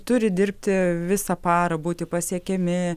turi dirbti visą parą būti pasiekiami